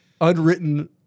unwritten